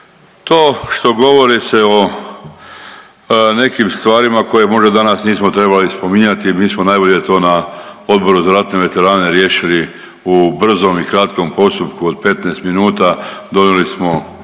To što govori se o nekim stvarima koje možda danas nismo trebali spominjati, mi smo najbolje to na Odboru za ratne veterane riješili u brzom i kratkom postupku od 15 minuta, donijeli smo